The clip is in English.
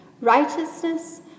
Righteousness